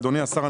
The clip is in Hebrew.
אדוני השר,